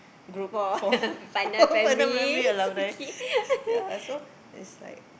group for Pandan-Primary alumni yeah so it's like